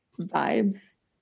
vibes